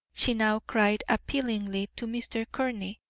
she now cried appealingly to mr. courtney.